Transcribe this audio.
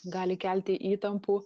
gali kelti įtampų